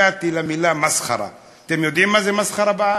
הגעתי למילה מסחרה, אתם יודעים מה זה מסחרה?